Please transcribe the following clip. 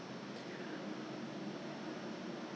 痛和痒 lah 痒是因为 cause